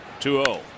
2-0